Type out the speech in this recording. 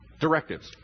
directives